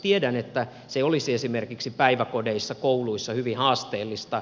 tiedän että se olisi esimerkiksi päiväkodeissa kouluissa hyvin haasteellista